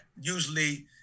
usually